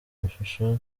amashusho